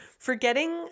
Forgetting